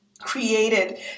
created